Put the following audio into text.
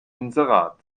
inserat